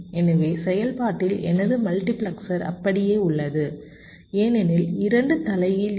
எனவே செயல்பாட்டில் எனது மல்டிபிளெக்சர் அப்படியே உள்ளது ஏனெனில் இரண்டு தலைகீழ் இருக்கும்